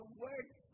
words